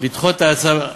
לדחות את ההצעה,